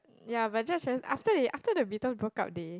ya but George is after they after the Beatles broke up they